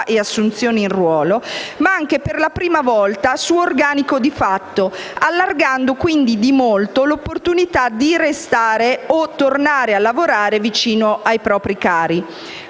e assunzioni in ruolo, ma anche, per la prima volta, su organico di fatto, allargando quindi di molto l'opportunità di restare o tornare a lavorare vicino ai propri cari.